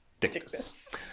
Dictus